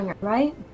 right